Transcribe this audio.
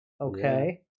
okay